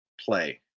play